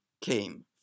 came